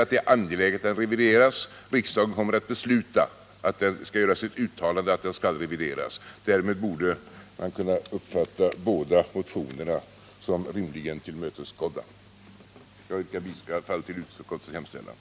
Förteckningen skall revideras. Riksdagen kommer att besluta att det skall göras ett uttalande om att den skall revideras. Därmed borde man kunna uppfatta båda motionerna som rimligen tillmötesgådda. Jag yrkar bifall till utskottets hemställan.